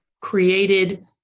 created